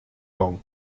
kong